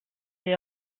est